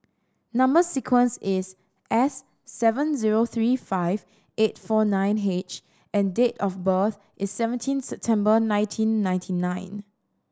number sequence is S seven zero three five eight four nine H and date of birth is seventeen September nineteen ninety nine